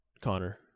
connor